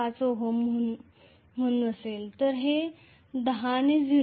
5 ohm म्हणून असेल तर 10 ने 0